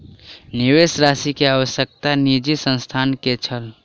निवेश राशि के आवश्यकता निजी संस्थान के छल